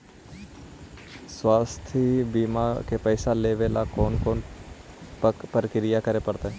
स्वास्थी बिमा के पैसा लेबे ल कोन कोन परकिया करे पड़तै?